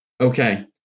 okay